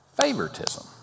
favoritism